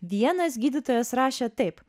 vienas gydytojas rašė taip